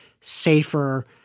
safer